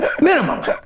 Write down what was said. minimum